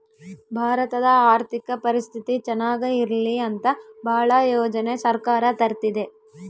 ಭಾರತದ ಆರ್ಥಿಕ ಪರಿಸ್ಥಿತಿ ಚನಾಗ ಇರ್ಲಿ ಅಂತ ಭಾಳ ಯೋಜನೆ ಸರ್ಕಾರ ತರ್ತಿದೆ